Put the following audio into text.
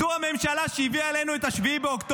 זאת הממשלה שהביאה עלינו את 7 באוקטובר.